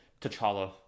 T'Challa